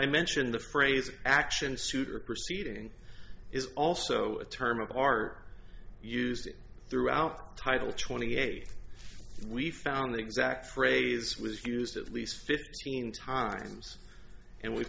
i mentioned the phrase action suit or proceeding is also a term of art used throughout title twenty eight we found the exact phrase was used at least fifteen times and we've